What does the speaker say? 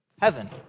heaven